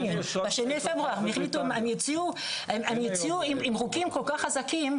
ב-2 בפברואר הם יצאו עם חוקים כל כך חזקים,